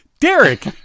Derek